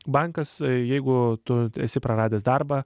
bankas jeigu tu esi praradęs darbą